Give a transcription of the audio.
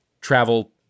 travel